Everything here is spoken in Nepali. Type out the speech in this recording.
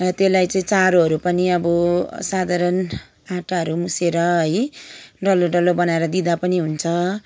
त्यसलाई चाहिँ चारोहरू पनि अब साधारण आटाहरू मुछेर है डल्लो डल्लो बनाएर दिँदा पनि हुन्छ